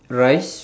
rice